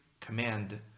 command